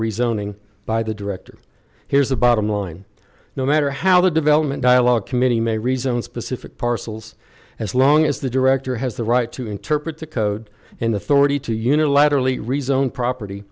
rezoning by the director here's the bottom line no matter how the development dialogue committee may resume specific parcels as long as the director has the right to interpret the code in the thirty to unilaterally rezone property